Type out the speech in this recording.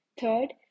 Third